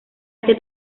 este